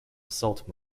assault